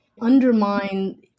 undermine